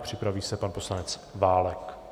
Připraví se pan poslanec Válek.